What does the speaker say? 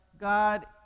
God